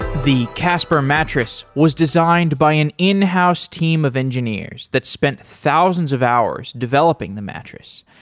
the casper mattress was designed by an in-house team of engineers that spent thousands of hours developing the mattress.